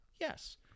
Yes